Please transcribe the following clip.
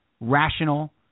rational